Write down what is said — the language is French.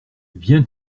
viens